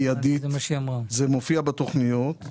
וזה מופיע בתכניות.